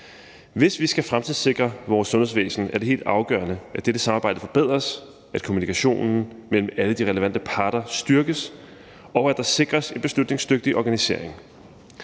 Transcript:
Hvis vi skal fremtidssikre vores sundhedsvæsen, er det helt afgørende, at dette samarbejde forbedres, at kommunikationen mellem alle de relevante parter styrkes, og at der sikres en beslutningsdygtig organisering.